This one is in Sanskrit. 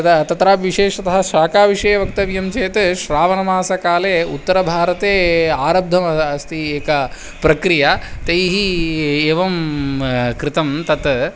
यदा तत्र विशेषतः शाकाविषये वक्तव्यं चेत् श्रावनमासकाले उत्तरभारते आरब्धमा अस्ति एका प्रक्रिया तैः एवं कृतं तत्